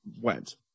went